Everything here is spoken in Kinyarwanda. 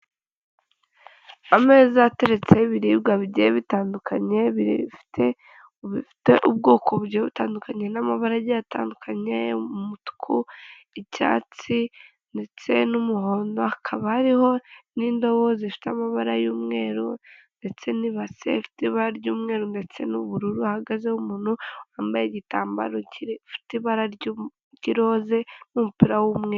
Ameza ateretseho ibiribwa bigiye bitandukanye bifite ubwoko bugiye butandukanye n'amabara agiye atandukanye nk'umutuku, icyatsi ndetse n'umuhondo hakaba hariho n'indobo zifite amabara y'umweru ndetse n'ibase ifite ibara ry'umweru ndetse n'ubururu hahagazeho umuntu wambaye igitambaro gifite ibara ry'irose n'umupira w'umweru .